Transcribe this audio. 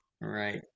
right